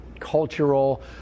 Cultural